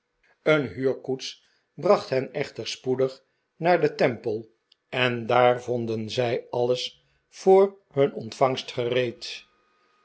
een huurkoets bracht hen echter spoedig naar den temple en daar vonden zij alles voor hun ontvangst gereed